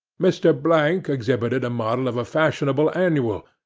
mr. blank exhibited a model of a fashionable annual,